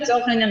לצורך העניין,